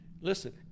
Listen